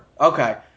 okay